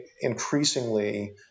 increasingly